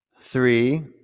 Three